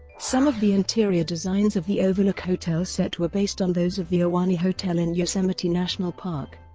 some of the interior designs of the overlook hotel set were based on those of the ahwahnee hotel in yosemite national park.